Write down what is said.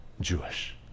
Jewish